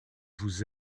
vous